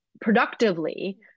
productively